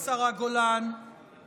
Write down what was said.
אז עם כל הכבוד לשרה גולן, תודה.